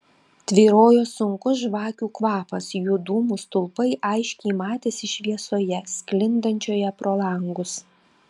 tvyrojo sunkus žvakių kvapas jų dūmų stulpai aiškiai matėsi šviesoje sklindančioje pro langus